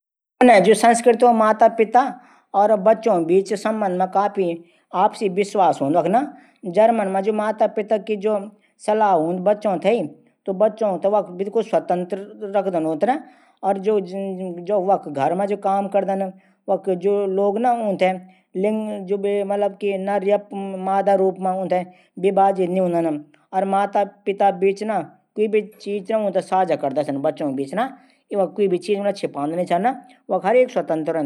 मेथे एक जरूरी बात पर आप सलाह चैंणी चा। मि भुनो छौः कि अगर मि कुवी काम शुरू कौरू ना त वाः मां कि किं चीजा जरूरत प्वाडली। जन की मिन एक दुकान खुना सुचणो छौः। त मि थै क्या क्या चीज कन चैंदी ज्यान की मेथे बाद मां क्वी दिक्कत नी आ।